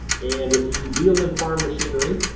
and if you deal in farm machinery,